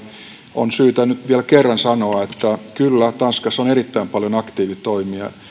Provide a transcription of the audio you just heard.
on syytä nyt vielä kerran sanoa että kyllä tanskassa on erittäin paljon aktiivitoimia